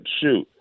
shoot